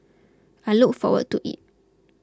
I look forward to it